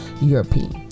european